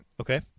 Okay